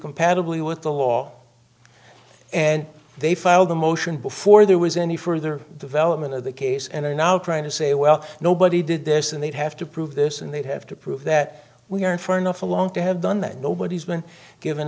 compatibly with the law and they filed a motion before there was any further development of the case and are now trying to say well nobody did this and they'd have to prove this and they'd have to prove that we are in for an awful long to have done that nobody's been given